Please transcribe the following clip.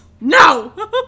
No